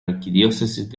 arquidiócesis